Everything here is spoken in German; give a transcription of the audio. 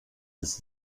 bis